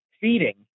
feeding